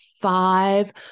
five